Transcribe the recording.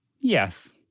Yes